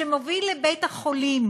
שמוביל לבית-החולים